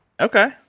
Okay